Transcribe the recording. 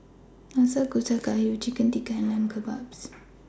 Nanakusa Gayu Chicken Tikka and Lamb Kebabs